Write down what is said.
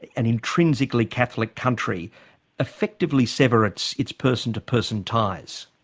an intrinsically catholic country effectively sever its its person to person ties.